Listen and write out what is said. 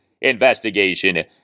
investigation